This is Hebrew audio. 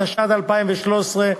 התשע"ד 2013,